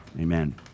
Amen